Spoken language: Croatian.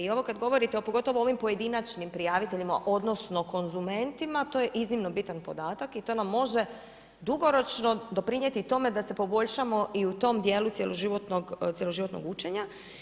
I ovo kada govorite, o pogotovo ovim pojedinačnim prijaviteljima, odnosno konzumentima to je iznimno bitan podatak i to nam može dugoročno doprinijeti tome da se poboljšamo i u tom dijelu cjeloživotnog učenja.